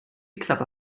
klappe